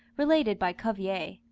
related by cuvier.